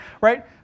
Right